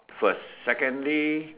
first secondly